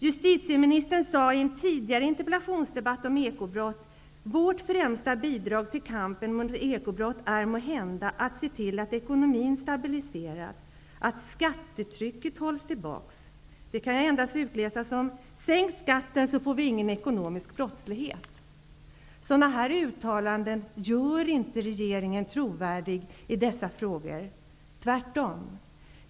Justitieministern sade i en tidigare interpellationsdebatt om ekobrott att vårt främsta bidrag till kampen mot ekobrott är måhända att se till att ekonomin stabiliseras och att skattetrycket hålls tillbaka. Det kan endast utläsas som: Sänk skatten så får vi ingen ekonomisk brottslighet. Sådana här uttalanden gör inte regeringen trovärdig i dessa frågor -- tvärtom.